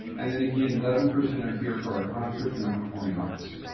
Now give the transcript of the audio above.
and then again, eleven percent are here for our concerts and our performing arts.